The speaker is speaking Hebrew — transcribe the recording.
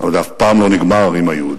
אבל אף פעם לא נגמר ביהודים.